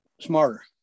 smarter